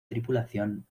tripulación